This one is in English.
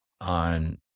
on